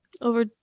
Over